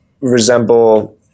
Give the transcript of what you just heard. resemble